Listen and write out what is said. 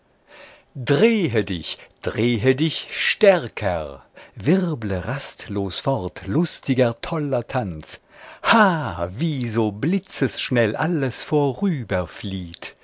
drehe dich drehe dich stärker wirble rastlos fort lustiger toller tanz ha wie so blitzesschnell alles